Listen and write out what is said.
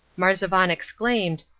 marzavan exclaimed,